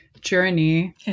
journey